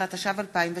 16), התשע"ו 2016,